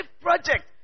project